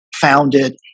founded